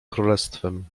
królestwem